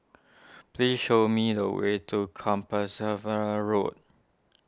please show me the way to Compassvale Road